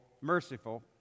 merciful